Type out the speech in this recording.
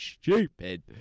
stupid